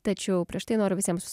tačiau prieš tai noriu visiems